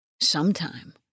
Sometime